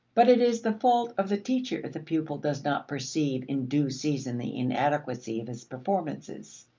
but it is the fault of the teacher if the pupil does not perceive in due season the inadequacy of his performances,